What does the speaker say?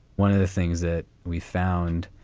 one of the things that we found